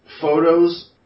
photos